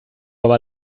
aber